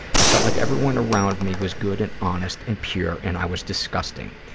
i felt like everyone around me was good and honest and pure and i was disgusting.